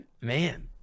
Man